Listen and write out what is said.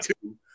two